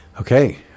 Okay